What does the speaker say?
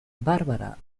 barbara